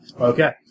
Okay